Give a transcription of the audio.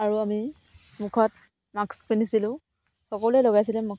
আৰু আমি মুখত মাস্ক পিন্ধিছিলোঁ সকলোৱে লগাইছিলে মাস্ক